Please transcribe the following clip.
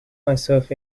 myself